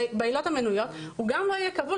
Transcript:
למשהו מהעילות המנויות הוא לא יהיה כבול